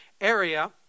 area